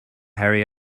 harry